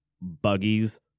buggies